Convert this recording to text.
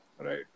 Right